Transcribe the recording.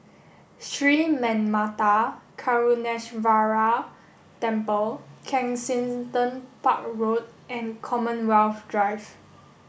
Sri Manmatha Karuneshvarar Temple Kensington Park Road and Commonwealth Drive